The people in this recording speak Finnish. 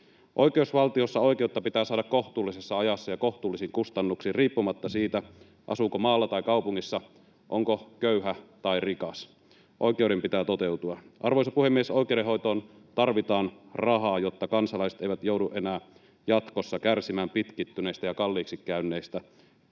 Oikeusvaltiossa oikeutta pitää saada kohtuullisessa ajassa ja kohtuullisin kustannuksin riippumatta siitä, asuuko maalla tai kaupungissa, onko köyhä tai rikas. Oikeuden pitää toteutua. Arvoisa puhemies! Oikeudenhoitoon tarvitaan rahaa, jotta kansalaiset eivät joudu enää jatkossa kärsimään pitkittyneistä ja kalliiksi käyneistä